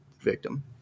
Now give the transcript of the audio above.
victim